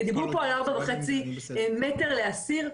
דיברו פה על ארבע וחצי מטר לאסיר.